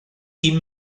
quin